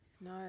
No